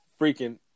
freaking